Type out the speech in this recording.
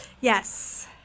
Yes